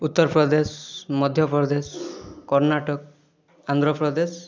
Uttar Pradesh Madhya Pradesh Karnataka Andhra Pradesh